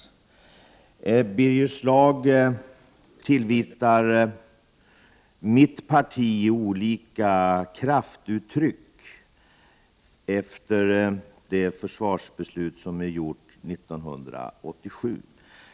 Birger Schlaug tillvitar mitt parti olika kraftuttryck efter det försvarsbeslut som fattades 1987.